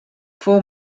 fou